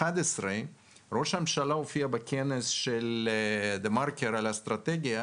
ראש הממשלה הופיע בכנס של דה מרקר על אסטרטגיה